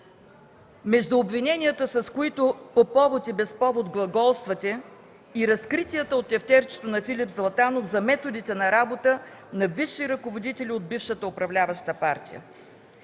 между обвиненията, с които по повод и без повод глаголствате, и разкритията от тефтерчето на Филип Златанов за методите на работа на бивши ръководители от бившата управляваща партия?